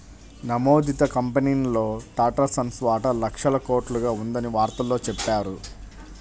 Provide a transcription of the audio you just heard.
నమోదిత కంపెనీల్లో టాటాసన్స్ వాటా లక్షల కోట్లుగా ఉందని వార్తల్లో చెప్పారు